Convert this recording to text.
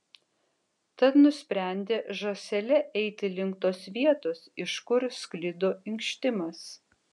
tad nusprendė žąsele eiti link tos vietos iš kur sklido inkštimas